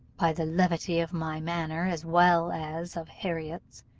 by the levity of my manner, as well as of harriot's,